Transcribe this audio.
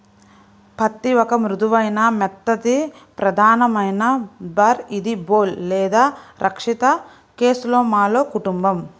పత్తిఒక మృదువైన, మెత్తటిప్రధానఫైబర్ఇదిబోల్ లేదా రక్షిత కేస్లోమాలో కుటుంబం